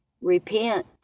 Repent